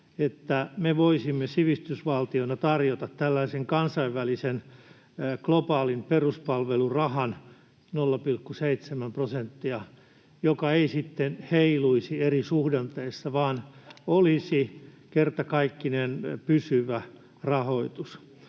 että me voisimme sivistysvaltiona tarjota tällaisen kansainvälisen, globaalin peruspalvelurahan, 0,7 prosenttia, joka ei sitten heiluisi eri suhdanteissa vaan olisi kertakaikkinen pysyvä rahoitus.